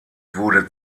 wurde